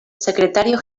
secretario